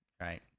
right